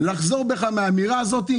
לחזור בך מהאמירה הזאת,